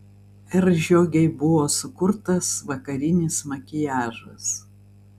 r žiogei buvo sukurtas vakarinis makiažas